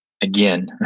again